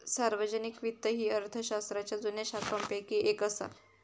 सार्वजनिक वित्त ही अर्थशास्त्राच्या जुन्या शाखांपैकी येक असा